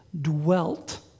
dwelt